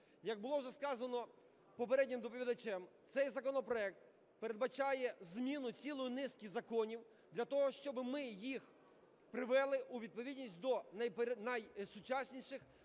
Як було вже сказано попереднім доповідачем, цей законопроект передбачає зміну цілої низки законів для того, щоб ми їх привели у відповідність до найсучасніших